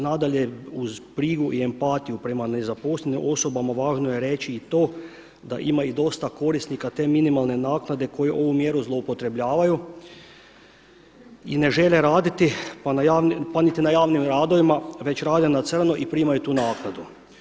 Nadalje uz brigu i empatiju prema nezaposlenim osobama važno je reći i to da ima i dosta korisnika te minimalne naknade koji ovu mjeru zloupotrebljavaju i ne žele raditi pa niti na javnim radovima, već rade na crno i primaju tu naknadu.